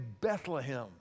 Bethlehem